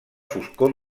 foscor